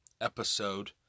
episode